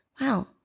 Wow